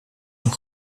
een